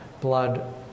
blood